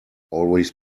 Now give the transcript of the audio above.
always